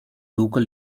local